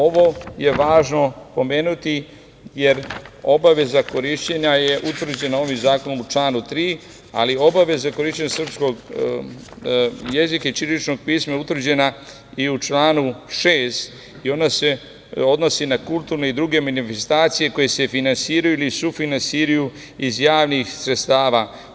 Ovo je važno pomenuti, jer obaveza korišćenja je utvrđena ovim zakonom u članu 3. ali obaveza korišćenja srpskog jezika i ćiriličnog pisma je utvrđena i u članu 6. i ona se odnosi na kulturne i druge manifestacije, koje se finansiraju ili sufinansiraju iz javnih sredstava.